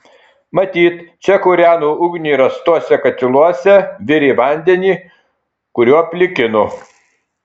matyt čia kūreno ugnį rastuose katiluose virė vandenį kuriuo plikino